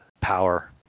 Power